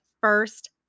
first